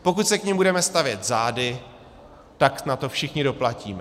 Pokud se k nim budeme stavět zády, tak na to všichni doplatíme.